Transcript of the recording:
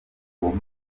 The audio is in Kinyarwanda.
agomba